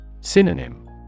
Synonym